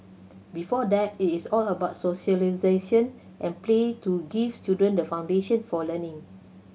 before that it is all about socialisation and play to give children the foundation for learning